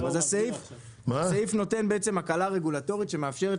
הסעיף נותן בעצם הקלה רגולטורית שמאפשרת